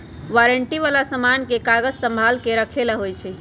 warranty वाला समान के कागज संभाल के रखे ला होई छई